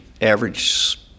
average